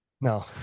No